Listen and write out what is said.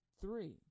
three